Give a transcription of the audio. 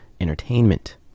entertainment